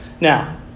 Now